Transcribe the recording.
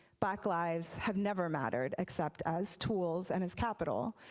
black lives have never mattered, except as tools and as capital.